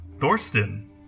Thorsten